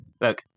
Look